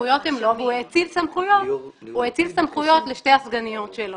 הוא האציל סמכויות לשתי הסגניות שלו.